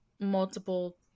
multiple